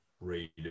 read